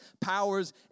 powers